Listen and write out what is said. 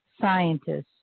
scientists